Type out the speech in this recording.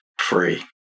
free